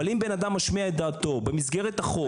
אבל אם בן אדם משמיע את דעתו במסגרת החוק,